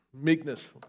Meekness